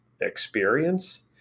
experience